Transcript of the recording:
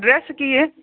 address ਕੀ ਹੈ